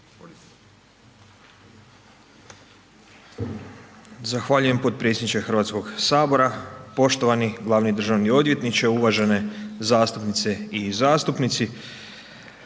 Zahvaljujem potpredsjedniče HS, poštovani glavni državni odvjetniče, uvažene zastupnice i zastupnici